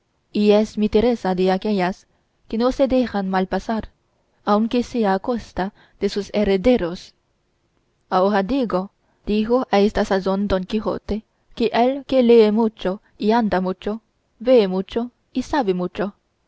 y es mi teresa de aquellas que no se dejan mal pasar aunque sea a costa de sus herederos ahora digo dijo a esta sazón don quijote que el que lee mucho y anda mucho vee mucho y sabe mucho